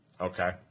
Okay